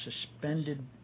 suspended